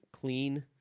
clean